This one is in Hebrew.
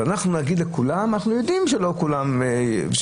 אנחנו נגיד לכולם: אנחנו יודעים שזה לא קורה במציאות,